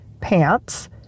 pants